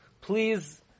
please